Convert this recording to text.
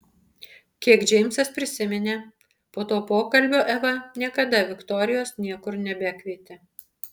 kiek džeimsas prisiminė po to pokalbio eva niekada viktorijos niekur nebekvietė